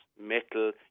metal